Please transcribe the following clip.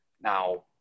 Now